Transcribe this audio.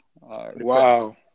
Wow